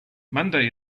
monday